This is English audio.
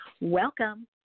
welcome